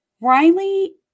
Riley